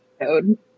code